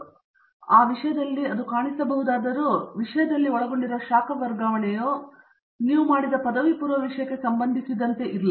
ಆದ್ದರಿಂದ ವಿಷಯದಲ್ಲಿ ಅದು ಕಾಣಿಸಬಹುದಾದರೂ ವಿಷಯದಲ್ಲಿ ಒಳಗೊಂಡಿರುವ ಶಾಖ ವರ್ಗಾವಣೆಯು ನೀವು ಮಾಡಿದ ಪದವಿಪೂರ್ವ ವಿಷಯಕ್ಕೆ ಸಂಬಂಧಿಸಿದಂತಿಲ್ಲ